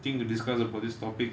thing to discuss about this topic